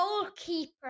goalkeeper